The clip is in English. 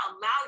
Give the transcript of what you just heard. allow